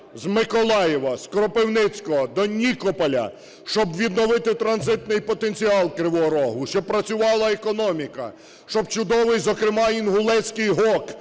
з Миколаєва, з Кропивницького до Нікополя, щоб відновити транзитний потенціал Кривого Рогу, щоб працювала економіка, щоб чудовий, зокрема, Інгулецький ГОК,